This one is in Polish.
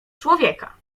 człowieka